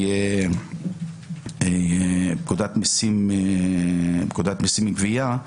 ופקודת מיסים (גבייה),